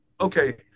Okay